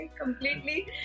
completely